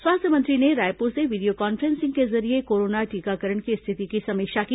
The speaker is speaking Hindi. स्वास्थ्य मंत्री ने रायपुर से वीडियो कॉन्फ्रेंसिंग के जरिये कोरोना टीकाकरण की रिथति की समीक्षा की